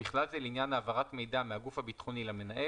ובכלל זה לעניין העברת מידע מהגוף הביטחוני למנהל,